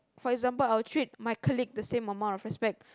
for example I would treat my colleague with the same amount of respect